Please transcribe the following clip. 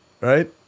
Right